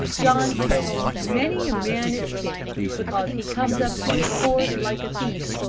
john says many a man is kicked, because he comes up to his horse like a thief.